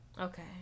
Okay